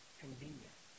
convenient